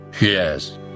Yes